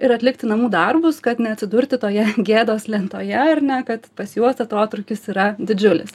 ir atlikti namų darbus kad neatsidurti toje gėdos lentoje ar ne kad pas juos atotrūkis yra didžiulis